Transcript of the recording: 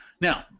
Now